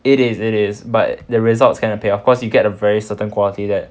it is it is but the results cannot pay off cause you get a very certain quality that